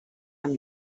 amb